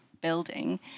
building